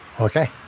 Okay